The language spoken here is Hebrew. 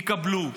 יקבלו,